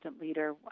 leader